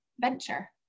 venture